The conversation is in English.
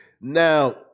Now